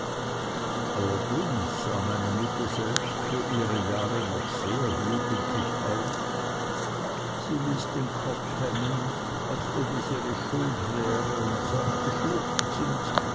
meine mutter selbst für ihre jahre noch sehr jugendlich aus sie ließ den kopf hängen als ob es ihre schuld wäre und sagte schluchzend